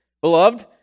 Beloved